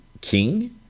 king